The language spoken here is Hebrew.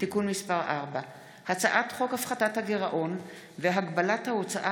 (תיקון מס' 4); הצעת חוק הפחתת הגירעון והגבלת ההוצאה